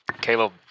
Caleb